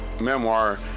memoir